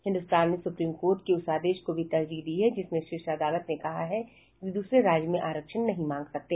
हिन्दुस्तान ने Supreme Court के उस आदेश को भी तरजीह दी है जिसमें शीर्ष अदालत ने कहा है कि दूसरे राज्य में आरक्षण नहीं मांग सकते